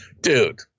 Dude